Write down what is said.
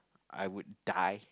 I would die